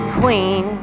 queen